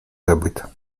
забыт